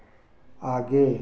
आगे